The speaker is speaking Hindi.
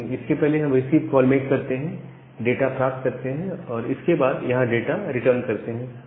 लेकिन इसके पहले हम रिसीव कॉल मेक करते हैं डाटा प्राप्त करते हैं और इसके बाद यहां पर डाटा रिटर्न करते हैं